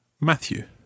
Matthew